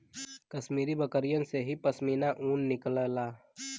कश्मीरी बकरिन से ही पश्मीना ऊन निकलला